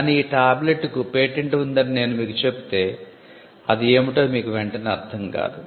కాని ఈ టాబ్లెట్ కు పేటెంట్ ఉందని నేను మీకు చెబితే అది ఏమిటో మీకు వెంటనే అర్ధం కాదు